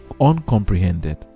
uncomprehended